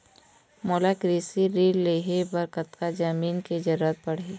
मोला कृषि ऋण लहे बर कतका जमीन के जरूरत पड़ही?